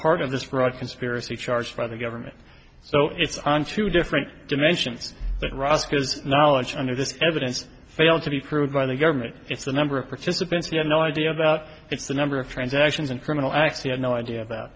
part of this fraud conspiracy charge by the government so it's on two different dimensions that roscoe's knowledge under this evidence failed to be approved by the government it's the number of participants who had no idea about the number of transactions and criminal act he had no idea about